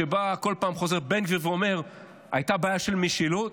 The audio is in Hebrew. שבה כל פעם חוזר בן גביר ואומר: הייתה בעיה של משילות,